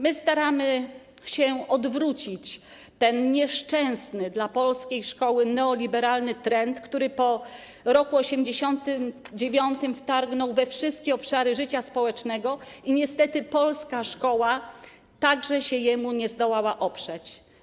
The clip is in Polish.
My staramy się odwrócić ten nieszczęsny dla polskiej szkoły neoliberalny trend, który po roku 1989 wtargnął we wszystkie obszary życia społecznego, i niestety polska szkoła także się jemu nie zdołała oprzeć.